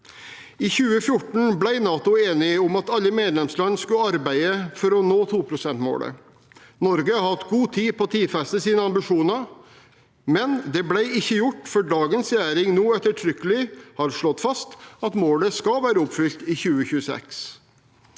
I 2014 ble NATO enige om at alle medlemsland skulle arbeide for å nå 2-prosentmålet. Norge har hatt god tid på å tidfeste sine ambisjoner, men det ble ikke gjort før dagens regjering nå ettertrykkelig har slått fast at målet skal være oppfylt i 2026.